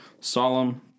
Solemn